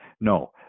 no